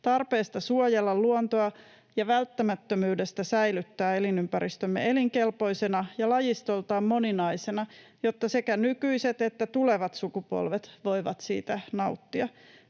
tarpeesta suojella luontoa ja välttämättömyydestä säilyttää elinympäristömme elinkelpoisena ja lajistoltaan moninaisena, jotta sekä nykyiset että tulevat sukupolvet voivat siitä nauttia.